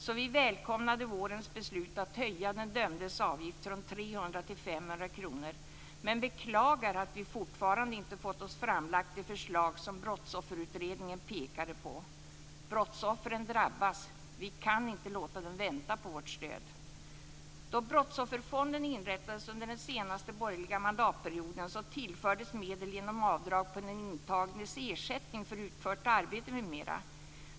Därför välkomnade vi vårens beslut att höja den dömdes avgift från 300 till 500 kr, men vi beklagar att vi fortfarande inte fått oss framlagt de förslag som Brottsofferutredningen pekade på. Brottsoffren drabbas. Vi kan inte låta dem vänta på vårt stöd. Då Brottsofferfonden inrättades under den senaste borgerliga mandatperioden tillfördes medel genom avdrag på den intagnes ersättning för utfört arbete m.m.